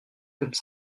comme